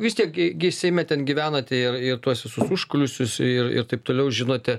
vis tiek gi gi seime ten gyvenate ir ir tuos visus užkulisius ir ir taip toliau žinote